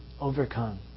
Overcome